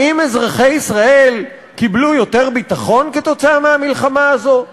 האם אזרחי ישראל קיבלו יותר ביטחון כתוצאה מהמלחמה הזו?